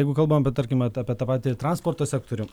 jeigu kalbam apie tarkim apie tą patį transporto sektorių